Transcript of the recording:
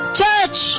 church